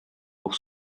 pour